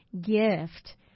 gift